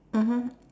mmhmm